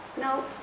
No